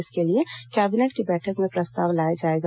इसके लिए कैबिनेट की बैठक में प्रस्ताव लाया जाएगा